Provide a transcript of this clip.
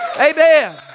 Amen